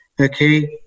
okay